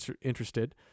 interested